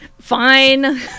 Fine